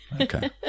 okay